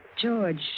George